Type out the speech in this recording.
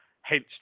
hence